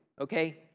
okay